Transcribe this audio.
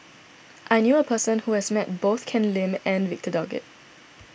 I knew a person who has met both Ken Lim and Victor Doggett